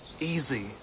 Easy